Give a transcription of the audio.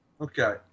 Okay